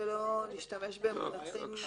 שלא נשתמש במונחים מבלבלים.